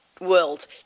world